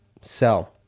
sell